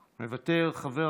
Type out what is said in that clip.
מוותר.